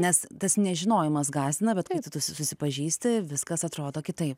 nes tas nežinojimas gąsdina bet kai tu tu susipažįsti viskas atrodo kitaip